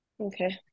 Okay